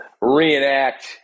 reenact